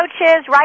right